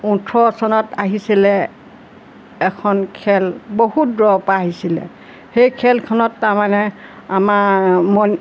ওঠৰ চনত আহিছিলে এ এখন খেল বহুত দূৰৰ পৰা আহিছিলে সেই খেলখনত তাৰমানে আমাৰ মন